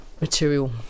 material